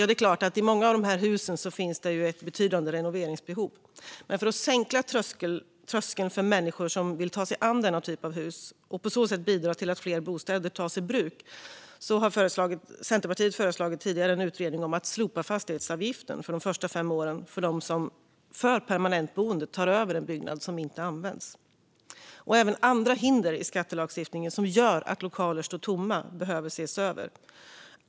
Det är klart att det för många av husen finns ett betydande renoveringsbehov, men för att sänka tröskeln för människor som vill ta sig an denna typ av hus och på så sätt bidra till att fler bostäder tas i bruk, har Centerpartiet tidigare föreslagit en utredning om att slopa fastighetsavgiften för de första fem åren för dem som för permanentboende tar över en byggnad som inte används. Även andra hinder i skattelagstiftningen som gör att lokaler står tomma behöver ses över.